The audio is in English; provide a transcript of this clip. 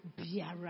biara